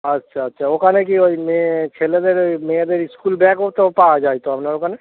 আচ্ছা আচ্ছা ওখানে কি ওই মেয়ে ছেলেদের ওই মেয়েদের স্কুল ব্যাগও তো পাওয়া যায় তো আপনার ওখানে